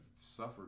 suffered